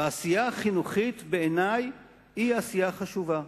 והעשייה החינוכית, בעיני, היא העשייה החשובה,